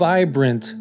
Vibrant